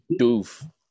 doof